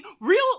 real